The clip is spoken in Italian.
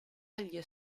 agli